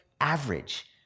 average